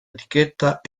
etichetta